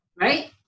right